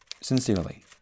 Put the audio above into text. sincerely